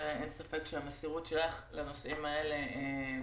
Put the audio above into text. אין ספק שהמסירות שלך לנושאים האלה היא